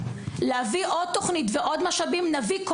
אם צריך להביא עוד משאבים אנחנו נביא,